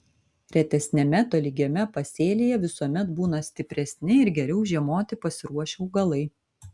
retesniame tolygiame pasėlyje visuomet būna stipresni ir geriau žiemoti pasiruošę augalai